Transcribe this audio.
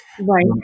Right